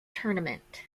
tournament